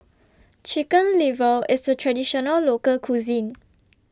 Chicken Liver IS A Traditional Local Cuisine